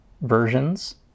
versions